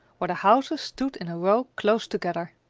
where the houses stood in a row close together.